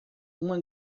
uma